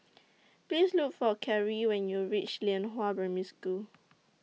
Please Look For Kerry when YOU REACH Lianhua Primary School